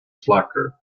slacker